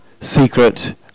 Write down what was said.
secret